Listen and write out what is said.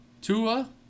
Tua